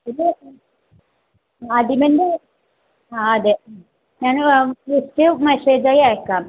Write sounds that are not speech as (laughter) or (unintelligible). ഇത് (unintelligible) ആ അതെ ഞാന് ലിസ്റ്റ് മെസ്സേജായിട്ട് അയക്കാം